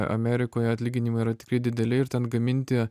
amerikoje atlyginimai yra tikrai dideli ir ten gaminti